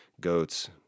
goats